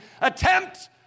attempt